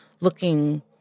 looking